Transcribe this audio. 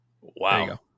Wow